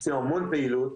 עושים המון פעילות.